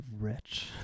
rich